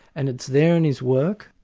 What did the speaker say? and it's there in his work,